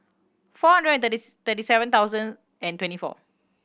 four hundred and thirty seven thousand and twenty four